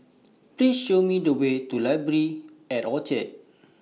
Please Show Me The Way to Library At Orchard